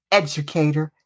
educator